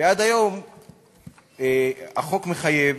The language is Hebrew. ועד היום החוק מחייב